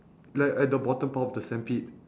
like at the bottom part of the sandpit